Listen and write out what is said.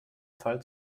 fall